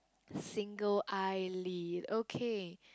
single eyelid okay